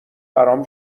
برام